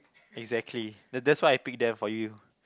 exactly that that's why I pick there for you